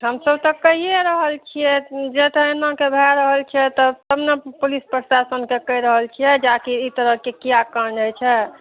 हमसभ तऽ कैए रहल छिए जे तऽ एनाके भए रहल छै तब ने पुलिस प्रशासनके कहि रहल छिए जे आखिर ई तरहके किएक काण्ड होइ छै